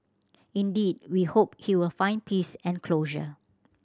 indeed we hope he will find peace and closure